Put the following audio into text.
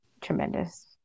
tremendous